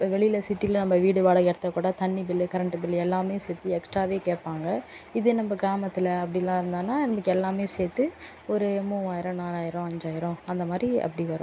வெளியில் சிட்டியில் நம்ம வீடு வாடகை எடுத்தால் கூட தண்ணி பில்லு கரண்ட்டு பில்லு எல்லாமே சேர்த்து எக்ஸ்ட்ராவே கேட்பாங்க இதே நம்ம கிராமத்தில் அப்படிலாந்தானா நமக்கு எல்லாமே சேர்த்து ஒரு மூவாயிரம் நாலாயிரம் ஐந்தாயிரம் அந்தமாதிரி அப்படி வரும்